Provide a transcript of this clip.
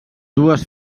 dues